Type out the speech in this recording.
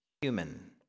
human